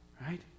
right